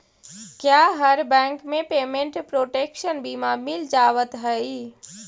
क्या हर बैंक में पेमेंट प्रोटेक्शन बीमा मिल जावत हई